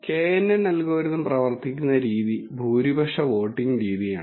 knn algorithm പ്രവർത്തിക്കുന്ന രീതി ഭൂരിപക്ഷ വോട്ടിംഗ് രീതിയാണ്